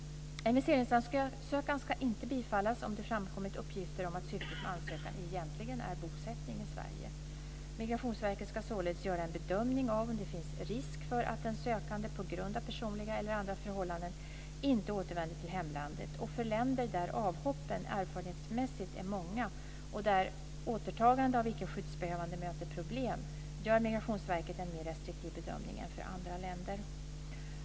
En viseringsansökan ska inte bifallas om det framkommit uppgifter om att syftet med ansökan egentligen är bosättning i Sverige. Migrationsverket ska således göra en bedömning av om det finns risk för att den sökande, på grund av personliga eller andra förhållanden, inte återvänder till hemlandet. För länder där "avhoppen" erfarenhetsmässigt är många och där återtagande av icke skyddsbehövande möter problem gör Migrationsverket en mer restriktiv bedömning än för andra länder.